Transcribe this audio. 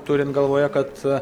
turint galvoje kad